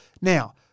Now